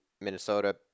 Minnesota